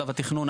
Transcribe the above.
שלב התכנון,